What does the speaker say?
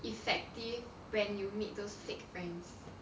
effective when you meet those fake friends